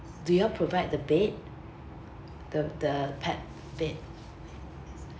do you all provide the bed the the pet bed